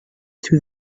the